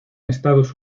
estados